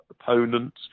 opponents